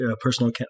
personal